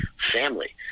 family